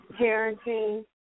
parenting